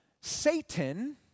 Satan